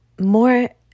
more